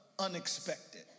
Unexpected